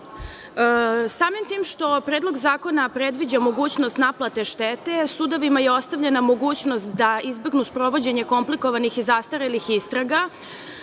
lica. Samim tim što Predlog zakona predviđa mogućnost naplate štete, sudovima je ostavljena mogućnost da izbegnu sprovođenje komplikovanih i zastarelih istraga.